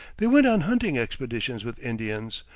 they went on hunting expeditions with indians,